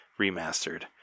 Remastered